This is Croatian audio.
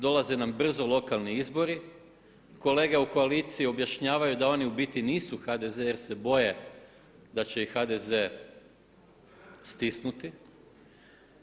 Dolaze nam brzo lokalni izbori, kolege u koaliciji objašnjavaju da oni u biti nisu HDZ jer se boje da će ih HDZ stisnuti.